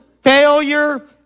failure